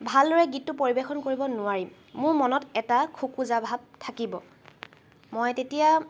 ভালদৰে গীতটো পৰিৱেশন কৰিব নোৱাৰিম মোৰ মনত এটা খোকোজা ভাৱ থাকিব মই তেতিয়া